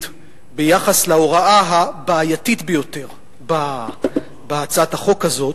ביחס להוראה הבעייתית ביותר בהצעת החוק הזאת,